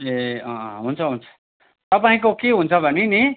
ए अँ अँ हुन्छ हुन्छ तपाईँको के हुन्छ भने नि